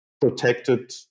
protected